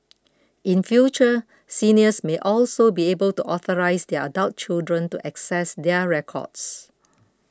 in future seniors may also be able to authorise their adult children to access their records